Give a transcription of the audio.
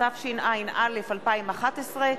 התשע”א 2011,